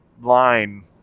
line